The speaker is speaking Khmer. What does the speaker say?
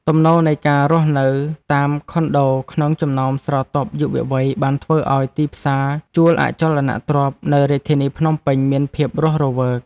ទំនោរនៃការរស់នៅតាមខុនដូក្នុងចំណោមស្រទាប់យុវវ័យបានធ្វើឱ្យទីផ្សារជួលអចលនទ្រព្យនៅរាជធានីភ្នំពេញមានភាពរស់រវើក។